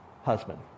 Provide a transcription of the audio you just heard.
husband